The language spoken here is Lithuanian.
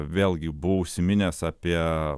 vėlgi buvau užsiminęs apie